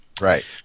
Right